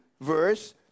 verse